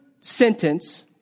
sentence